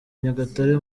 nyagatare